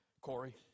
Corey